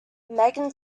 megan